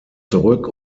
zurück